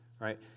right